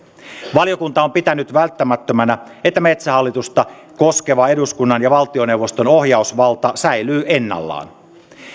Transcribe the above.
valiokunta on pitänyt välttämättömänä että metsähallitusta koskeva eduskunnan ja valtioneuvoston ohjausvalta säilyy ennallaan